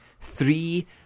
three